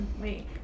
Wait